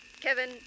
Kevin